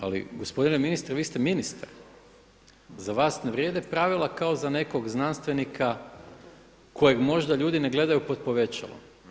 Ali gospodine ministre vi ste ministar, za vas ne vrijede pravila kao za nekog znanstvenika kojeg možda ljudi ne gledaju pod povećalom.